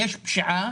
יש פשיעה